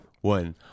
one